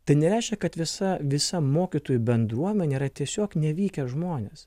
tai nereiškia kad visa visa mokytojų bendruomenė yra tiesiog nevykę žmonės